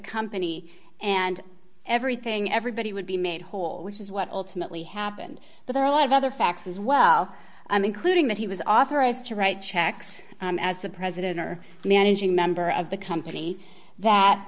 company and everything everybody would be made whole which is what ultimately happened but there are a lot of other facts as well i'm including that he was authorized to write checks as the president or managing member of the company that